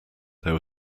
there